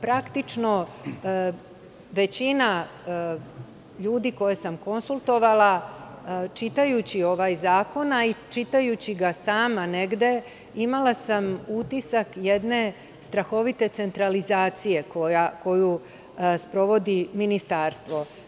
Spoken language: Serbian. Praktično, većina ljudi koje sam konsultovala čitajući ovaj zakon, a i čitajući ga sama negde, imala sam utisak jedne strahovite centralizacije koju sprovodi ministarstvo.